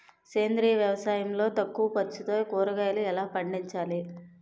సేంద్రీయ వ్యవసాయం లో తక్కువ ఖర్చుతో కూరగాయలు ఎలా పండించాలి?